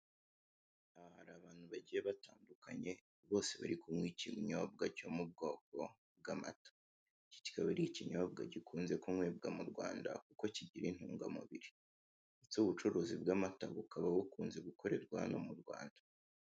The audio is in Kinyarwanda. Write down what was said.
Hari abantu bagiye batandukanye bose bari kunywa ikinyobwwa cyo mu bwoko bw'amata, iki kikaba ari ikinyobwa gikunze kunyobwa mu Rwanda kuko kigira intungamubiri ndetse ubu bucuruzi bw'amata bukaba bukunze gukorerwa hano mu Rwanda.